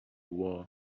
war